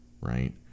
right